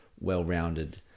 well-rounded